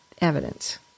evidence